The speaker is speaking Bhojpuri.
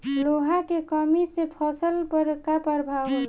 लोहा के कमी से फसल पर का प्रभाव होला?